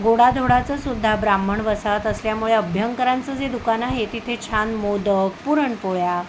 गोडाधोडाचं सुद्धा ब्राह्मण वसाहत असल्यामुळे अभ्यंकरांचं जे दुकान आहे तिथे छान मोदक पुरणपोळ्या